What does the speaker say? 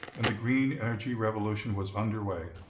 and the green energy revolution was under way.